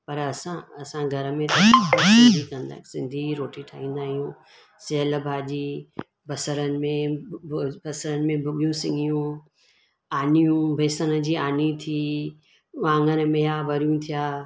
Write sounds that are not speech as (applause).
पर असां असां घर में सिंधी रोटी ठाहींदा आहियूं सेहल भाॼी बसरनि में बसरनि में बिहू सिंघियूं आनियूं बेसण जी आणी थी वांगर मेया (unintelligible)